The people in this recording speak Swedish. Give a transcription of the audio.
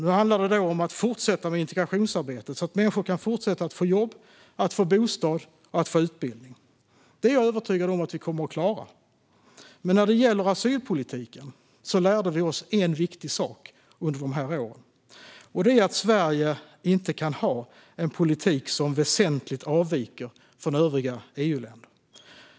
Nu handlar det om att fortsätta med integrationsarbetet så att människor kan fortsätta att få jobb, bostad och utbildning. Det är jag övertygad om att vi kommer att klara. Men när det gäller asylpolitiken lärde vi oss en viktig sak under de där åren, och det är att Sverige inte kan ha en politik som väsentligt avviker från övriga EU-länder.